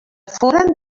foren